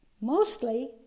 mostly